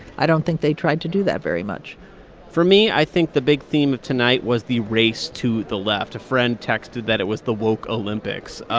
i don't think they tried to do that very much for me, i think the big theme of tonight was the race to the left. a friend texted that it was the woke olympics.